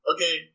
Okay